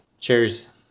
Cheers